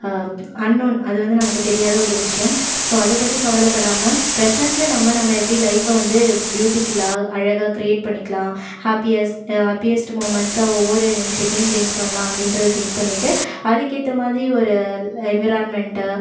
unknown அது வந்து நமக்கு தெரியாத ஒரு விஷயம் ஸோ அதைப்பத்தி கவலைப்படாம ப்ரசண்ட்ல நம்ம நம்ம எப்படி லைஃப்பை வந்து பியூட்டிஃபுல்லாக அழகாக கிரியேட் பண்ணிக்கலாம் ஹாப்பியஸ்ட் ஹாப்பியஸ்ட் மூமெண்ட்ஸாக ஒவ்வொரு நிமிஷத்தையும் சேஞ்ச் பண்ணலாம் அப்படின்றத திங்க் பண்ணிகிட்டு அதுக்கேற்ற மாதிரி ஒரு என்விரான்மெண்ட்டு